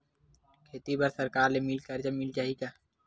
खेती बर सरकार ले मिल कर्जा मिल जाहि का?